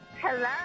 Hello